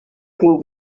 can